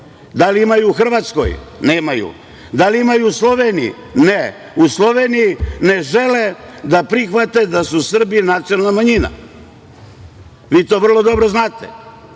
Da li imaju u Hrvatskoj? Nemaju. Da li imaju u Sloveniji? Ne. U Sloveniji ne žele da prihvate da su Srbi nacionalna manjina. Vi to vrlo dobro znate,